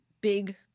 big